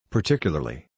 Particularly